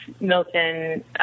Milton